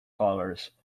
colours